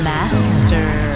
Master